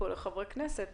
הכנסת